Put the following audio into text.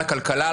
על הכלכלה,